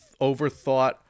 overthought